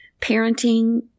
parenting